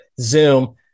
zoom